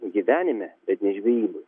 gyvenime bet ne žvejybos